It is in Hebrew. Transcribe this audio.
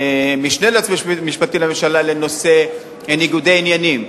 למשנה ליועץ המשפטי לממשלה לנושא ניגודי עניינים.